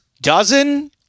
dozen